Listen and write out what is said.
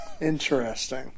Interesting